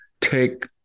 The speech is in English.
take